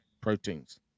proteins